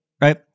right